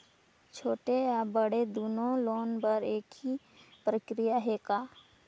छोटे या बड़े दुनो लोन बर एक ही प्रक्रिया है का?